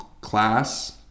class